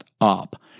up